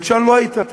בית-שאן לא הייתה,